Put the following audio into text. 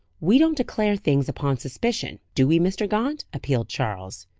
we don't declare things upon suspicion, do we, mr. gaunt? appealed charles.